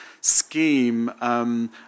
scheme